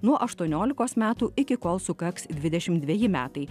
nuo aštuoniolikos metų iki kol sukaks dvidešimt dveji metai